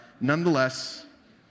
Nonetheless